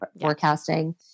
forecasting